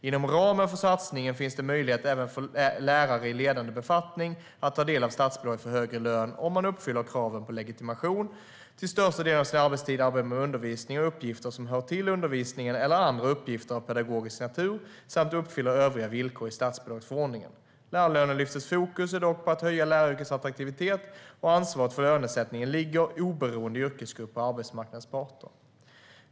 Inom ramen för satsningen finns det möjlighet även för lärare i ledande befattning att ta del av statsbidraget för högre lön om de uppfyller kraven på legitimation, till största delen av sin arbetstid arbetar med undervisning och uppgifter som hör till undervisningen eller andra uppgifter av pedagogisk natur samt uppfyller övriga villkor i statsbidragsförordningen. Lärarlönelyftets fokus är dock att höja läraryrkets attraktivitet, och ansvaret för lönesättningen ligger, oberoende yrkesgrupp, på arbetsmarknadens parter.